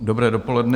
Dobré dopoledne.